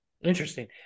Interesting